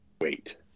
Wait